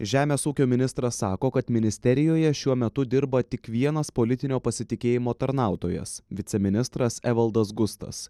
žemės ūkio ministras sako kad ministerijoje šiuo metu dirba tik vienas politinio pasitikėjimo tarnautojas viceministras evaldas gustas